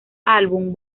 álbum